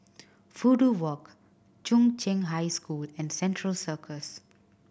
Fudu Walk Chung Cheng High School and Central Circus